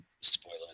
spoiler